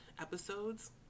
episodes